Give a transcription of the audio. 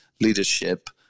leadership